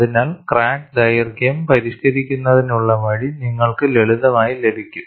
അതിനാൽ ക്രാക്ക് ദൈർഘ്യം പരിഷ്ക്കരിക്കുന്നതിനുള്ള വഴി നിങ്ങൾക്ക് ലളിതമായി ലഭിക്കും